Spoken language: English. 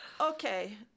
okay